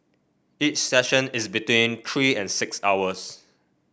each session is between three and six hours